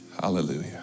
Hallelujah